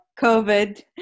covid